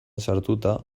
sartuta